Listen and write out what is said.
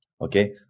okay